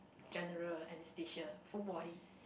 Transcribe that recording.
general anesthesia full body